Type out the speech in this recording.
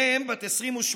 מ', בת 28,